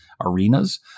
arenas